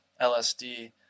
LSD